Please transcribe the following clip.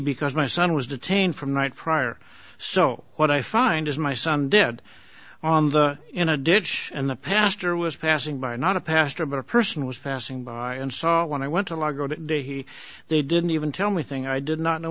because my son was detained for night prior so what i find is my son dead on the in a ditch and the pastor was passing by not a pastor but a person was passing by and saw when i went to la go to the he they didn't even tell me thing i did not know